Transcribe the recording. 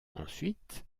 ensuite